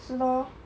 是 lor